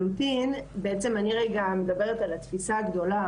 בעצם אני רגע מדברת על התפיסה הגדולה,